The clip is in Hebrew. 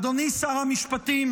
אדוני שר המשפטים,